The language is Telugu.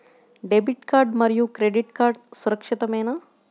డెబిట్ కార్డ్ మరియు క్రెడిట్ కార్డ్ సురక్షితమేనా?